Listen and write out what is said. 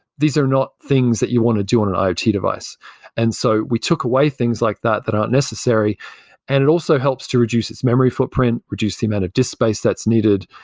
these are not things that you want to do on an iot device and so we took away things like that that aren't necessary and it also helps to reduce its memory footprint, reduce the amount of disk space that's needed,